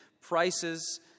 prices